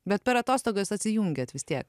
bet per atostogas atsijungiat vis tiek